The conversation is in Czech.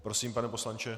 Prosím, pane poslanče.